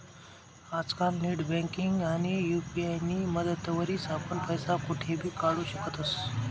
आजकाल नेटबँकिंग आणि यु.पी.आय नी मदतवरी आपण पैसा कोठेबी धाडू शकतस